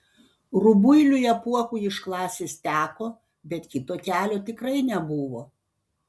rubuiliui apuokui iš klasės teko bet kito kelio tikrai nebuvo